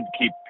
keep